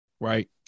right